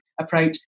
approach